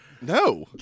No